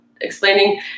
explaining